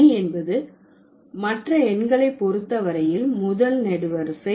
அணு என்பது மற்ற எண்களை பொறுத்த வரையில் முதல் நெடுவரிசை